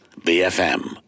BFM